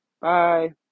bye